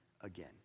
again